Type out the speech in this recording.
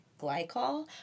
glycol